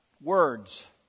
words